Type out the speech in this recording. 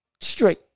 straight